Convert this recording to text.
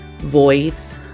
voice